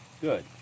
Good